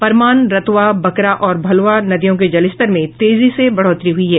परमान रतवा बकरा और भलुआ नदियों के जलस्तर में तेजी से बढ़ोतरी हुई है